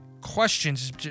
questions